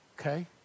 Okay